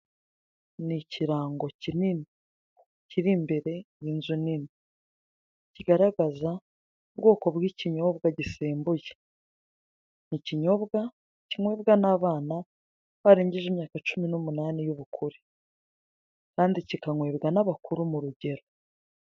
Nikirango kinini kiri imbere y'inzu nini, kigaragaza ubwoko bw'ikinyobwa gisembuye, nikinyobwa kinkwebwa n'abana barengeje imyaka cumi numunani y'ubukure, kandi kikankwebwa n'abakuru murugero.